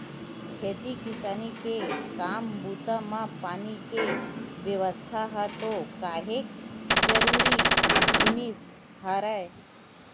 खेती किसानी के काम बूता म पानी के बेवस्था ह तो काहेक जरुरी जिनिस हरय